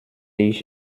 ich